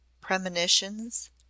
Premonitions